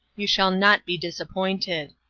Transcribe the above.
you shall not be dis appointed.